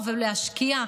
והיא מאוד חשובה.